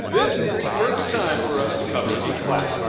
this is the perfect time for us to cover a classic.